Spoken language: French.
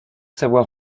savoir